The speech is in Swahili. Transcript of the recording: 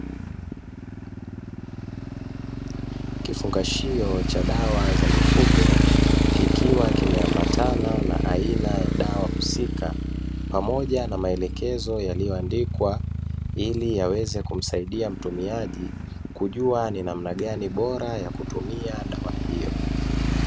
Kifungashio cha dawa za mifugo, kikiwa kimeambatana na aina ya dawa husika pamoja na maelekezo yaliyoandikwa, ili yaweze kumsaidia mtumiaji kujua ni namna gani bora ya kutumia dawa hiyo.